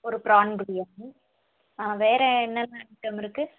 ஒரு ப்ரான் பிரியாணி வேறு என்னென்ன ஐட்டம் இருக்கு